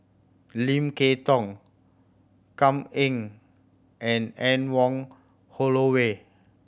Lim Kay Tong Kam Ning and Anne Wong Holloway